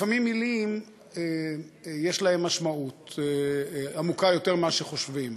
לפעמים למילים יש משמעות עמוקה יותר ממה שחושבים.